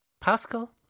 Pascal